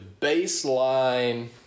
baseline